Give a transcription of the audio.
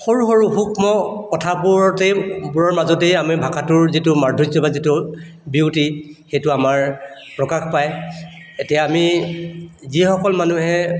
সৰু সৰু সূক্ষ্ম কথাবোৰতেই বোৰৰ মাজতেই আমি ভাষাটোৰ যিটো মাধুৰ্য্য় বা যিটো বিউটি সেইটো আমাৰ প্ৰকাশ পায় এতিয়া আমি যিসকল মানুহে